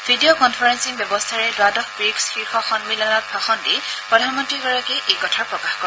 video conferencing ব্যৱস্থাৰে দ্বাদশ ৱিক্ছ শীৰ্ষ সম্মিলনত ভাষণ দি প্ৰধানমন্ত্ৰীগৰাকীয়ে এই কথা প্ৰকাশ কৰে